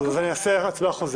מאה אחוז, אז אני אעשה הצבעה חוזרת.